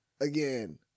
again